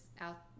out